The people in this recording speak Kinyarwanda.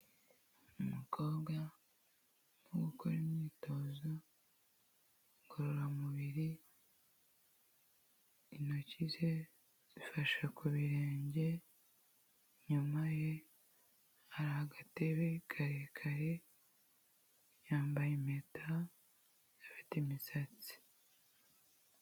Umukobwa urimo gukora imyitozo ngororamubiri, intoki ze zifasha ku birenge, inyuma ye hari agatebe karekare, yambaye impeta, afite imisatsi.